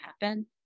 happen